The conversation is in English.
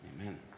Amen